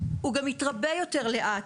הוא גם יתרבה יותר לאט,